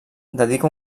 dedica